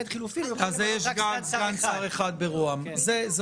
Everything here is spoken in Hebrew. חילופים יכול להיות רק סגן שר אחד במשרד ראש הממשלה.